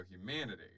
humanity